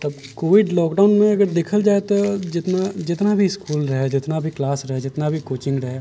तब कोविड लॉकडाउनमे अगर देखल जाइ तऽ जितना जितना भी इसकुल रहै जितना भी क्लास रहै जितना भी कोचिंग रहै